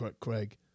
Craig